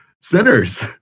sinners